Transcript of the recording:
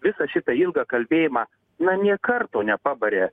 visą šitą ilgą kalbėjimą na nė karto nepabarė